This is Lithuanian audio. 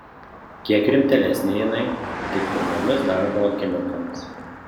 kiek rimtėlesnė jinai tik pirmomis darbo akimirkomis